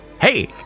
Hey